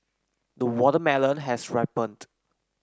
the watermelon has ripened